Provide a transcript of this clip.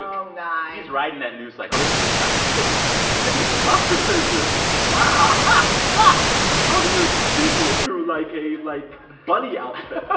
um riding that news cycle. this was his costume yeah, these costumes are just wow but how do you sing through, like, a, like, bunny outfit? but